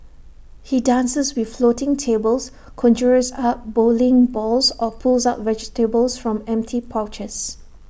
he dances with floating tables conjures up bowling balls or pulls out vegetables from empty pouches